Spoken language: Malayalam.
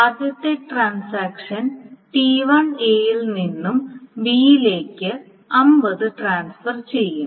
ആദ്യത്തെ ട്രാൻസാക്ഷൻ T1 A ൽ നിന്നും B ലേക്ക് 50 ട്രാൻസ്ഫർ ചെയ്യും